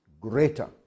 greater